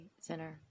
center